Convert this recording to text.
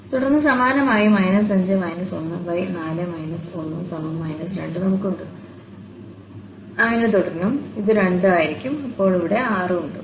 തുടർന്ന് സമാനമായി 5 14 1 2നമുക്കുണ്ട് അങ്ങനെ തുടരണം ഇത് 2 ആയിരിക്കും അപ്പോൾ അവിടെ 6 ഉണ്ടാകും